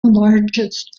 largest